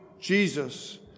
Jesus